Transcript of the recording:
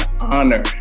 honor